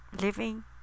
living